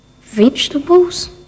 Vegetables